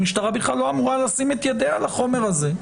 שהמשטרה בכלל לא אמורה לשים את ידיה על החומר הזה.